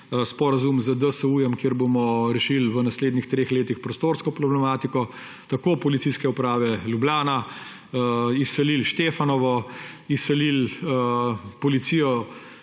sporazum z DSU, kjer bomo rešili v naslednjih treh letih prostorsko problematiko, tako Policijske uprave Ljubljana, izselili Štefanovo, izselili policijo